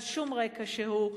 על שום רקע שהוא.